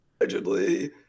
Allegedly